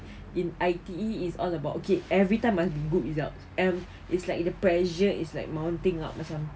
in I_T_E it's all about okay every time must be good results and it's like the pressure is mounting up macam